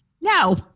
no